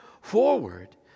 forward